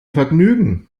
vergnügen